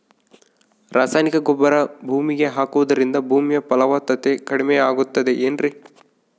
ರಾಸಾಯನಿಕ ಗೊಬ್ಬರ ಭೂಮಿಗೆ ಹಾಕುವುದರಿಂದ ಭೂಮಿಯ ಫಲವತ್ತತೆ ಕಡಿಮೆಯಾಗುತ್ತದೆ ಏನ್ರಿ?